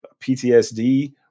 PTSD